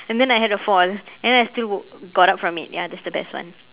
and then I had a fall and then I still got up from it ya that's the best one